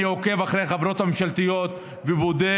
אני עוקב אחרי החברות הממשלתיות ובודק,